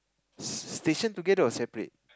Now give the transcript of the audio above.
station together or separate